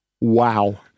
Wow